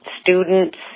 students